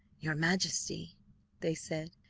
your majesty they said,